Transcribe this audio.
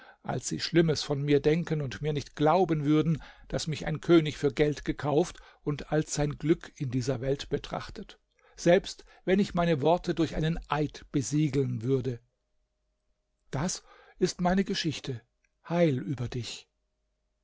als sie schlimmes von mir denken und mir nicht glauben würden daß mich ein könig für geld gekauft und als sein glück in dieser welt betrachtet selbst wenn ich meine worte durch einen eid besiegeln würde das ist meine geschichte heil über dich